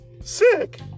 Sick